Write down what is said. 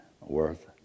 worth